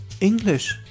English